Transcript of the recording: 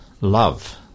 Love